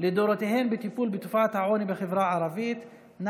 לדורותיהן בטיפול בתופעת העוני בחברה הערבית.